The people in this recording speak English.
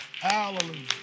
Hallelujah